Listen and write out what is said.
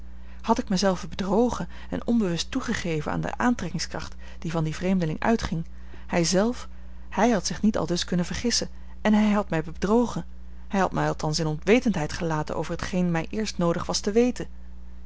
had ik mij zelve bedrogen en onbewust toegegeven aan de aantrekkingskracht die van dien vreemdeling uitging hij zelf hij had zich niet aldus kunnen vergissen en hij had mij bedrogen hij had mij althans in onwetendheid gelaten over t geen mij eerst noodig was te weten